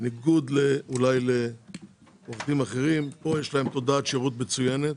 בניגוד לעובדים אחרים פה יש להם תודעת שירות מצוינת